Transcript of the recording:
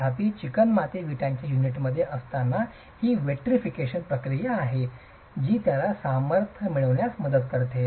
तथापि चिकणमाती विटांच्या युनिटमध्ये असताना ही विट्रीफिकेशन प्रक्रिया आहे जी त्याला सामर्थ्य मिळविण्यात मदत करते